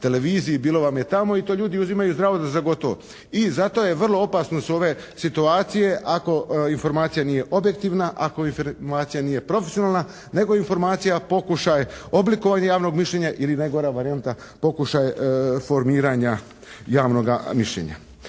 televiziji, bilo vam je tamo i to ljudi uzimaju zdravo za gotovo. I zato je vrlo opasno s ove situacije ako informacija nije objektivna, ako informacija nije profesionalna, nego je informacija pokušaj oblikovanja javnog mišljenja ili najgora varijanta pokušaj formiranja javnoga mišljenja.